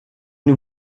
une